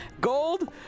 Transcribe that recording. Gold